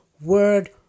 word